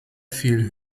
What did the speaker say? viel